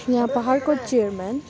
यहाँ पाहाडको चियरम्यान